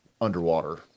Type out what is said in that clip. underwater